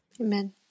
Amen